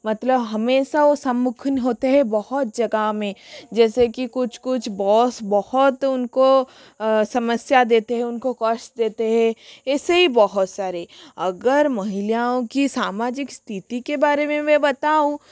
मतलब हमेशा वो सम्मुख नहीं होते है बहुत जगह में जैसे कि कुछ कुछ बॉस बहुत उनको समस्या देते है उनको कष्ट देते है ऐसे ही बहुत सारे अगर महिलाओं की सामाजिक स्थिति के बारे में मैं बताऊँ